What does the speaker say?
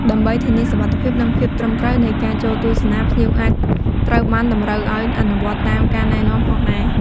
ដើម្បីធានាសុវត្ថិភាព និងភាពត្រឹមត្រូវនៃការចូលទស្សនា ភ្ញៀវអាចត្រូវបានតម្រូវឲ្យអនុវត្តតាមការណែនាំផងដែរ។